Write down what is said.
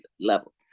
level